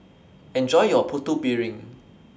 Enjoy your Putu Piring